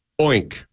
Oink